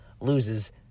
loses